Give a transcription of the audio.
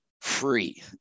free